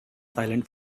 silent